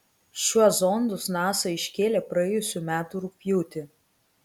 šiuo zondus nasa iškėlė praėjusių metų rugpjūtį